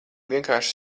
vienkārši